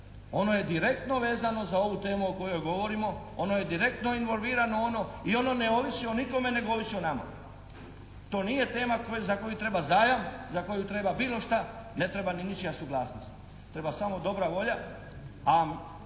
Ono je direktno vezano za ovu temu o kojoj govorimo, ono je direktno involvirano u ono i ono ne ovisi o nikome nego ovisi o nama. To nije tema za koju treba zajam, za koju treba bilo šta, ne treba ni ničija suglasnost. Treba samo dobra volja,